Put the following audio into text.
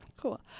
cool